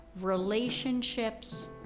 relationships